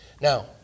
Now